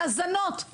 האזנות,